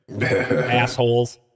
assholes